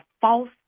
false